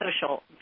Social